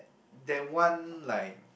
that one like